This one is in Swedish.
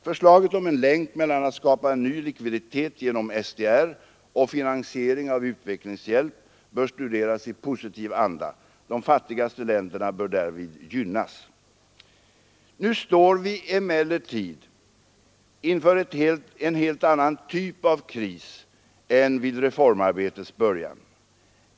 Förslaget om en länk mellan att skapa ny likviditet genom SDR och finansiering av utvecklingshjälp bör studeras i positiv anda. De fattigaste länderna bör därvid gynnas. Nu står vi emellertid inför en helt annan typ av kris än vid reformarbetets början.